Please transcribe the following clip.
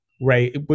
right